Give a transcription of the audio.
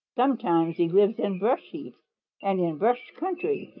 sometimes he lives in brush heaps and in brushy country,